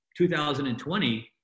2020